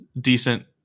decent